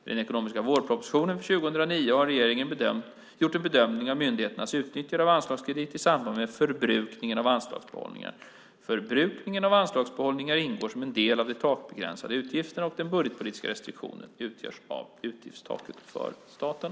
I den ekonomiska vårpropositionen för 2009 har regeringen gjort en bedömning av myndigheternas utnyttjande av anslagskredit i samband med förbrukningen av anslagsbehållningar. Förbrukningen av anslagsbehållningar ingår som en del av de takbegränsade utgifterna och den budgetpolitiska restriktionen utgörs av utgiftstaket för staten.